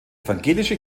evangelische